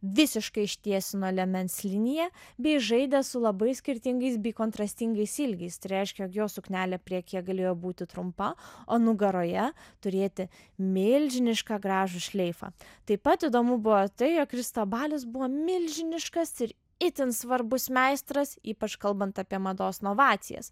visiškai ištiesino liemens liniją bei žaidė su labai skirtingais bei kontrastingais ilgiais tai reiškia jog jo suknelė priekyje galėjo būti trumpa o nugaroje turėti milžinišką gražų šleifą taip pat įdomu buvo tai jog kristobalis buvo milžiniškas ir itin svarbus meistras ypač kalbant apie mados novacijas